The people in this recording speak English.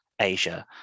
Asia